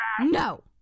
No